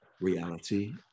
reality